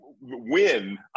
win